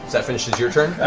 that finishes your turn?